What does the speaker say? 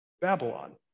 Babylon